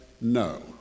No